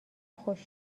خوش